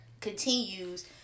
continues